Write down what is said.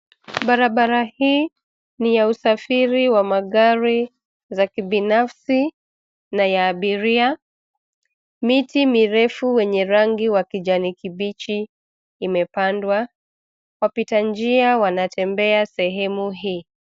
Barabara hii ni ya usafiri wa magari za kibinafsi, na ya abiria. Miti mirefu wenye rangi wa kijani kibichi imepandwa. wapitanjia wanatembea sehemu hii.